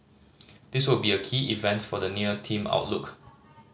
this will be a key event for the near team outlook